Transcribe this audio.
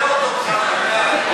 תיאודור חזן.